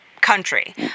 country